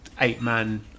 eight-man